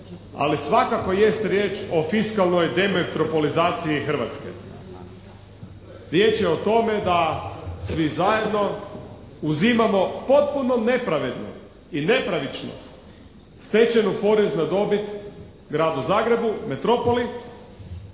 ali svakako jest riječ o fiskalnoj demetropolizaciji Hrvatske. Riječ o tome da svi zajedno uzimamo potpuno nepravedno i nepravično stečenu porez na dobit Gradu Zagrebu, metropoli